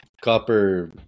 copper